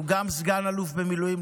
גם הוא סגן אלוף במילואים,